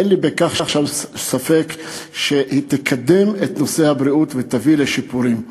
אין לי ספק שהיא תקדם את נושא הבריאות ותביא לשיפורים במערכת.